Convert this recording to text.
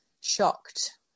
shocked